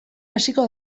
hasiko